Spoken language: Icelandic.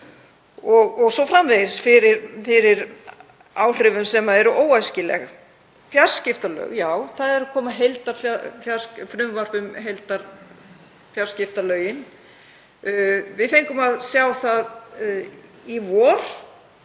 þá o.s.frv. fyrir áhrifum sem eru óæskileg. Fjarskiptalög, já, það er að koma frumvarp um heildarfjarskiptalögin. Við fengum að sjá það í vor